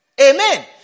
Amen